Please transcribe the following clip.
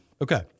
Okay